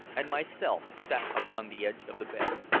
and myself sat upon the edge of the bed.